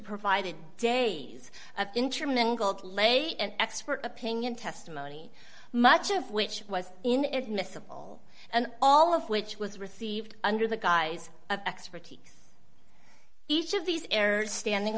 provided days of intermingled lay and expert opinion testimony much of which was in admissible and all of which was received under the guise of expertise each of these errors standing